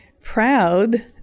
proud